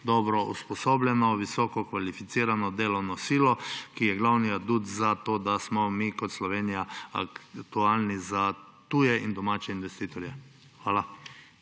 dobro usposobljeno, visoko kvalificirano delovno silo, ki je glavni adut za to, da smo mi kot Slovenija aktualni za tuje in domače investitorje. Hvala.